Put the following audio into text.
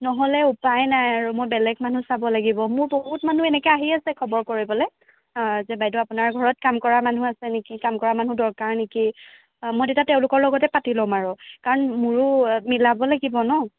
নহ'লে উপায় নাই আৰু মই বেলেগ মানুহ চাব লাগিব মোৰ বহুত মানুহ আহি আছে এনেকৈ খবৰ কৰিবলৈ যে বাইদেউ আপোনাৰ ঘৰত কাম কৰা মানুহ আছে নেকি কাম কৰা মানুহ দৰকাৰ নেকি মই তেতিয়া তেওঁলোকৰ লগতে পাতি ল'ম আৰু কাৰণ মোৰো মিলাব লাগিব ন